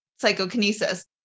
psychokinesis